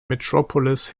metropolis